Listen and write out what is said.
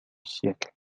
siècle